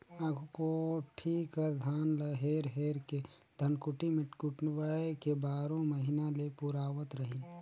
आघु कोठी कर धान ल हेर हेर के धनकुट्टी मे कुटवाए के बारो महिना ले पुरावत रहिन